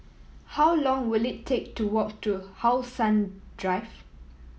how long will it take to walk to How Sun Drive